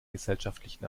gesellschaftlichen